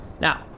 Now